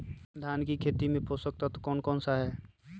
धान की खेती में पोषक तत्व कौन कौन सा है?